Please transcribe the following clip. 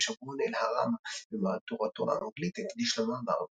ושבועון אלאהראם במהדורתו האנגלית הקדיש לה מאמר מקיף.